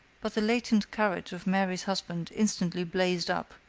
but the latent courage of mary's husband instantly blazed up,